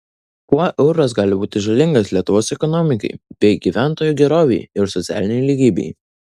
kuo euras gali būti žalingas lietuvos ekonomikai bei gyventojų gerovei ir socialinei lygybei